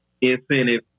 Incentive